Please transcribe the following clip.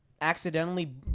accidentally